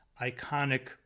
iconic